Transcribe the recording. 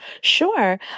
Sure